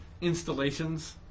installations